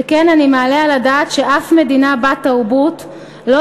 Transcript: וכן אני מעלה על הדעת שאף מדינה בת-תרבות לא